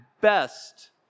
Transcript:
best